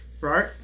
Right